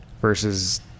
versus